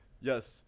Yes